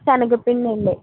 సెనగపిండి అండి